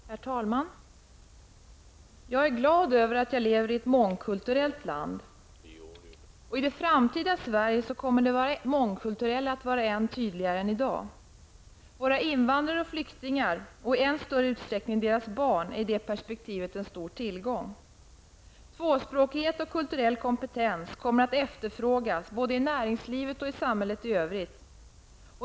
Herr talman! Jag är glad över att jag lever i ett mångkulturellt land. I det framtida Sverige kommer det mångkulturella att vara än tydligare än i dag. Våra invandrare och flyktingar och i än större utsträckning deras barn är i det perspektivet en stor tillgång. Tvåspråkighet och kulturell kompetens kommer att efterfrågas både i näringslivet och i samhället i övrigt.